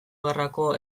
gerrako